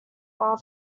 while